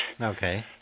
Okay